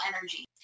energy